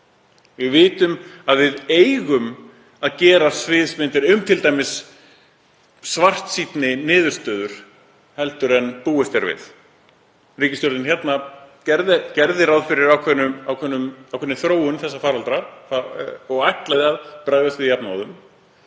Við vitum að við eigum að gera sviðsmyndir um t.d. svartsýnni niðurstöður en búist er við. Ríkisstjórnin gerði ráð fyrir ákveðinni þróun þessa faraldurs og ætlaði að bregðast við jafnóðum.